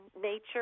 nature